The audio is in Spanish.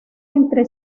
entre